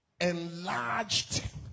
enlarged